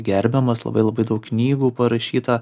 gerbiamas labai labai daug knygų parašyta